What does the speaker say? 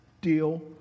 deal